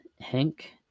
Hank